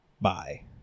bye